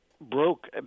broke